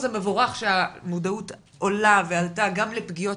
קודם כל זה מבורך שהמודעות עולה ועלתה גם לפגיעות